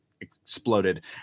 exploded